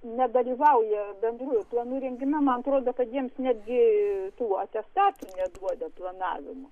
nedalyvauja bendrųjų planų rengime man atrodo kad jiems netgi tų atestatų neduoda planavimo